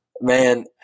Man